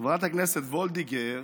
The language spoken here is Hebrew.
חברת הכנסת וולדיגר